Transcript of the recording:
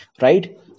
right